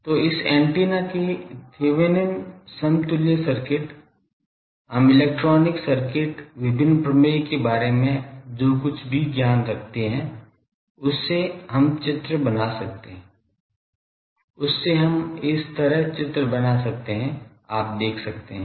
तो इस ऐन्टेना के थेवेनिन Thevenin's समतुल्य सर्किट हम इलेक्ट्रॉनिक सर्किट विभिन्न प्रमेय के बारे में जो कुछ भी ज्ञान रखते हैं उससे हम चित्र बना सकते हैं उससे हम इस तरह चित्र बना सकते हैं आप देख सकते हैं